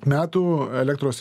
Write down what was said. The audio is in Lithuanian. metų elektros